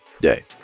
day